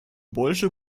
больше